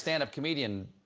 sort of comedian,